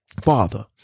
Father